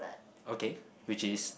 okay which is